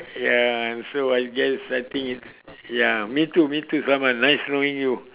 ya I'm so I guess I think it ya me too me too sulaiman nice knowing you